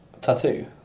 Tattoo